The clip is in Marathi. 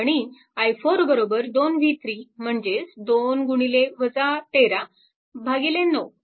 आणि i4 2 v3 म्हणजेच 2 गुणिले 13 भागिले 9